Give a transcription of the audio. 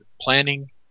planning